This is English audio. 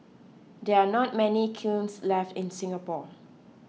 there are not many kilns left in Singapore